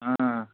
ஆ